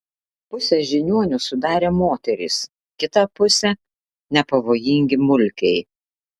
pusę žiniuonių sudarė moterys kitą pusę nepavojingi mulkiai